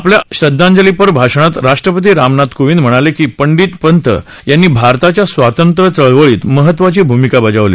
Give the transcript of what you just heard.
आपल्याश्रद्धांजलीपर भाषणात राष्ट्रपती रामनाथ कोविंद म्हणाले की पंडित पंत यांनीभारताच्या स्वातंत्र्य चळवळीत महत्वाची भूमिका बजावली